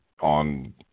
on